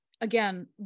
again